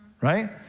right